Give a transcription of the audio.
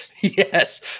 Yes